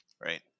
right